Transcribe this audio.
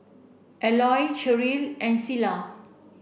Elroy Sherrill and Cilla